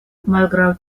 malgraŭ